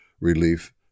Relief